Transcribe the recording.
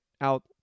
out